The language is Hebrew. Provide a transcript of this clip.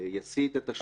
יצית את השטח.